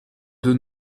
deux